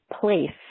place